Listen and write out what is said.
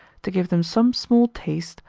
to give them some small taste,